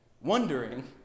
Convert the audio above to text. wondering